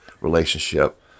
relationship